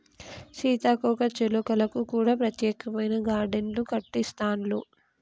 సీతాకోక చిలుకలకు కూడా ప్రత్యేకమైన గార్డెన్లు కట్టిస్తాండ్లు